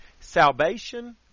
salvation